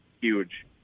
huge